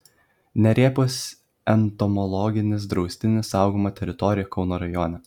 nerėpos entomologinis draustinis saugoma teritorija kauno rajone